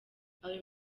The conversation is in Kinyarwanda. ayo